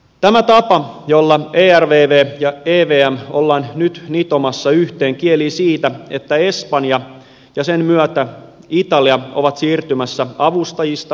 tämä tapa jolla ervv ja evm ollaan nyt nitomassa yhteen kielii siitä että espanja ja sen myötä italia ovat siirtymässä avustajista avustettaviksi